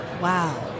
Wow